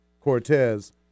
Cortez